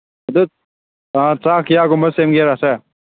ꯑꯗꯨ ꯆꯥ ꯀꯌꯥꯒꯨꯝꯕ ꯁꯦꯝꯒꯦꯔ ꯁꯔ